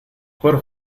por